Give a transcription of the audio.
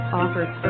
offers